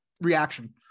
reaction